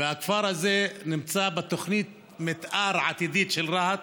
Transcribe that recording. והכפר הזה נמצא בתוכנית מתאר עתידית של רהט.